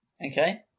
okay